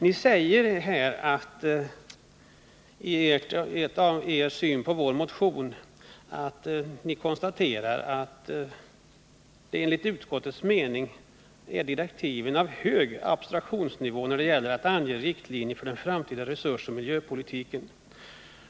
Ni föreslår att utskottets yttrande borde innehålla ett uttalande om att direktiven är ”av en hög abstraktionsnivå när det gäller att ange riktlinjer för den framtida resursoch miljöpolitiken”.